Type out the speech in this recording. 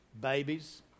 babies